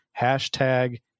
Hashtag